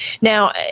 Now